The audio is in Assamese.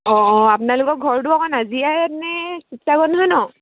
অঁ অঁ আপোনালোকৰ ঘৰটো আকৌ নাজিৰা নে শিৱসাগৰত নহয় ন